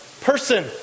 person